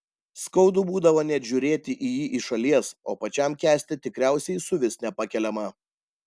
skaudu būdavo net žiūrėti į jį iš šalies o pačiam kęsti tikriausiai suvis nepakeliama